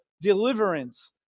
deliverance